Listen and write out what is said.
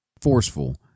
forceful